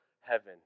heaven